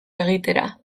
egitera